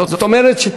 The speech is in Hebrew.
זאת אומרת,